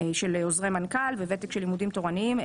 של עוזרי מנכ"ל וותק של לימודים תורניים.